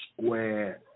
square